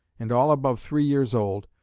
and all above three years old,